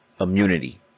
immunity